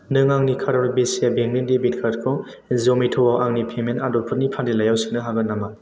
नों आंनि कारुर विसिया बेंकनि डेबिट कार्डखौ जमेट'आव आंनि पेमेन्ट आदबफोरनि फारिलाइयाव सोनो हागोन नामा